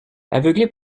aveuglé